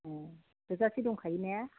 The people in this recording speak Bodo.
अ थोजासे दंखायो ना